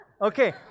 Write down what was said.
Okay